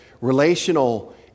relational